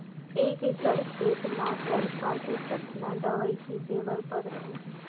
एक एकड़ खेत म चरपा के कतना दवई छिंचे बर पड़थे?